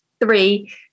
Three